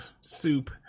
soup